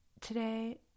today